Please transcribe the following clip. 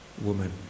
woman